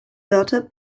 wörter